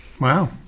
Wow